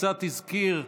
קצת הזכיר,